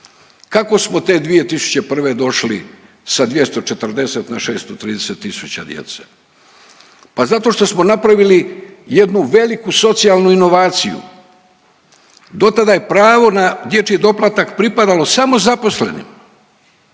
Kako smo te 2001. došli sa 240 na 630 000 djece? Pa zato što smo napravili jednu veliku socijalnu inovaciju. Do tada je pravo na dječji doplatak pripadalo samo zaposlenima.